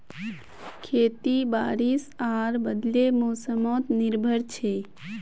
खेती बारिश आर बदलते मोसमोत निर्भर छे